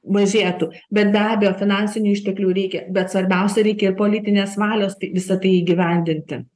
mažėtų bet be abejo finansinių išteklių reikia bet svarbiausia reikia ir politinės valios tai visa tai įgyvendinti